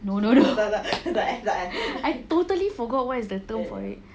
no no no I totally forget what is the term for it